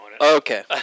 Okay